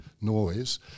noise